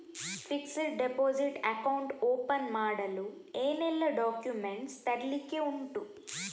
Fixed deposit account open ಮಾಡಲು ಏನೆಲ್ಲಾ documents ತರ್ಲಿಕ್ಕೆ ಉಂಟು?